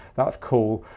that's cool.